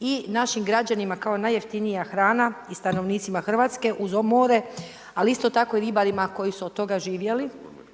i našim građanima kao najjeftinija hrana i stanovnicima Hrvatske uz more, ali isto tako ribarima koji su od toga koji